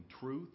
truth